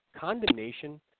condemnation